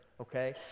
Okay